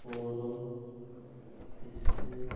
ᱯᱳᱨᱚ ᱠᱤᱥᱠᱩ